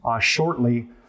shortly